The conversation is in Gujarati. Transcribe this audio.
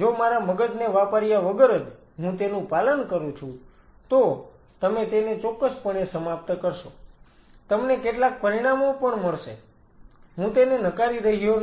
જો મારા મગજને વાપર્યા વગર જ હું તેનું પાલન કરું છું તો તમે તેને ચોક્કસપણે સમાપ્ત કરશો તમને કેટલાક પરિણામો પણ મળશે હું તેને નકારી રહ્યો નથી